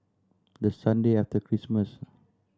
the Sunday after Christmas